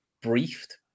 briefed